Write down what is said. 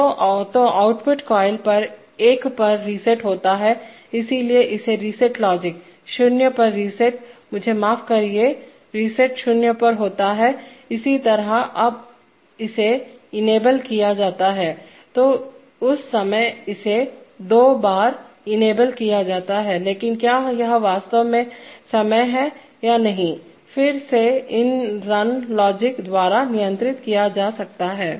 तो output coil 1पर reset होता है इसीलिए इसे रिसेट लॉजिक 0 पर रिसेट मुझे माफ करिए रीसेट शून्य पर होता है इसी तरह अब अब जब इसे इनेबल किया जाता है तो उस समय इसे 2 बार इनेबल किया जाता है लेकिन क्या यह वास्तव में समय है या नहीं कि फिर से इस रन लॉजिक द्वारा नियंत्रित किया जा सकता है